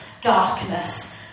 darkness